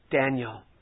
Daniel